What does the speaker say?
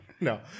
No